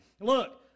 Look